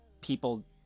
people